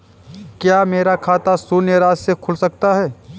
क्या मेरा खाता शून्य राशि से खुल सकता है?